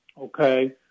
okay